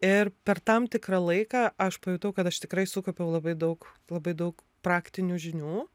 ir per tam tikrą laiką aš pajutau kad aš tikrai sukaupiau labai daug labai daug praktinių žinių